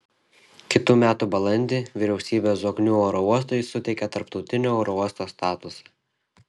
kitų metų balandį vyriausybė zoknių oro uostui suteikė tarptautinio oro uosto statusą